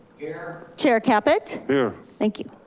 here. chair caput. here. thank you.